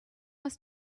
was